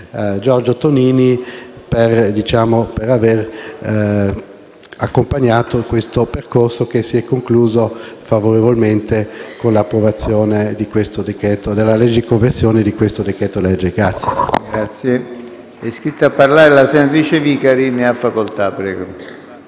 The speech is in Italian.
bilancio Giorgio Tonini per aver accompagnato questo percorso, che auspico si concluderà favorevolmente con l'approvazione della legge di conversione di questo decreto-legge.